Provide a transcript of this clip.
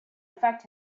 affect